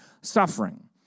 suffering